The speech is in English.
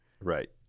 Right